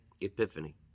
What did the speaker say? epiphany